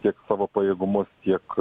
tiek savo pajėgumus tiek